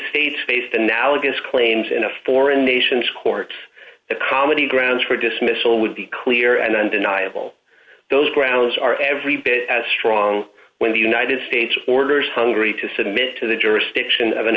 states faced analogous claims in a foreign nations courts at comedy grounds for dismissal with the clear and undeniable those grounds are every bit as strong when the united states orders hungary to submit to the jurisdiction of an